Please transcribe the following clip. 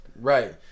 Right